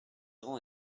grand